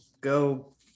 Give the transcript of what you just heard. go